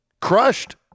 crushed